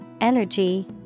energy